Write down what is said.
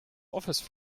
office